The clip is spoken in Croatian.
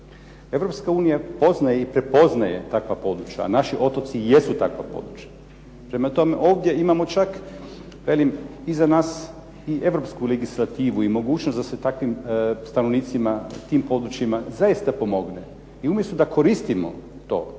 Europska unija poznaje i prepoznaje takva područja, a naši otoci jesu takva područja. Prema tome, ovdje imamo čak velim iza nas i europsku legislativu i mogućnost da se takvim stanovnicima, tim područjima zaista pomogne. I umjesto da koristimo to,